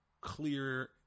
clear